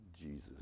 Jesus